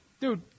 dude